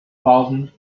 thousand